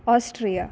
Austria